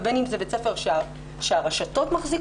ובין אם זה בית ספר שהרשתות מחזיקות,